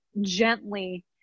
gently